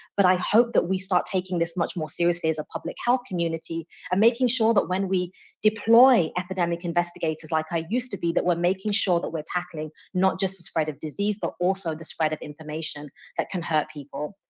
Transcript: but i hope that we start taking this much more seriously as a public health community and making sure that when we deploy epidemic investigators, like i used to be, that we're making sure that we're tackling not just the spread of disease, but also the spread of information that can hurt people.